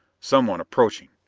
someone approaching!